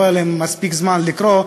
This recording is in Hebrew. שלא היה להם מספיק זמן לקרוא,